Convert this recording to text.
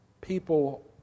people